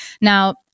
Now